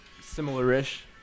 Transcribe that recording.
similar-ish